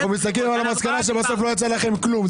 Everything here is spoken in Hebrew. אנחנו מסתכלים על המסקנה שמראה שבסוף לא יצא לכם כלום.